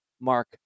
Mark